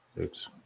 Oops